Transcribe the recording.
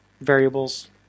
variables